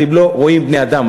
אתם לא רואים בני-אדם,